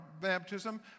baptism